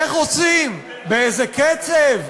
איך עושים, באיזה קצב,